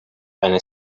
eine